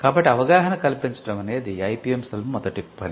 కాబట్టి అవగాహన కల్పించడం అనేది ఐపిఎం సెల్ మొదటి పని